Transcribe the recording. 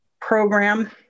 program